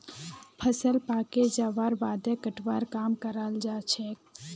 फसल पाके जबार बादे कटवार काम कराल जाछेक